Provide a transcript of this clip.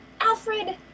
Alfred